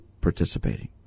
participating